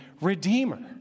Redeemer